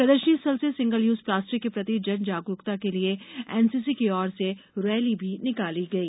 प्रदर्शनी स्थल से सिंगल यूज प्लास्टिक के प्रति जन जागरूकता के लिए एनसीसी की ओर से रैली भी निकाली गई